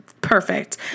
perfect